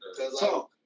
Talk